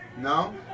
No